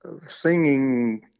singing